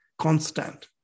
constant